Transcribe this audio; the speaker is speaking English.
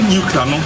Nuclear